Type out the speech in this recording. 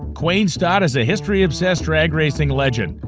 quain stott is a history obsessed, drag racing legend.